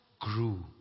grew